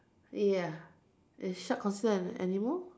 ya is shark considered an animal